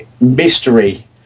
mystery